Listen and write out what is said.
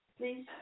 please